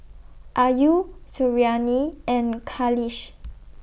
Ayu Suriani and Khalish